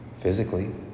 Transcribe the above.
Physically